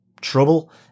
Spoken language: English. Trouble